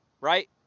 right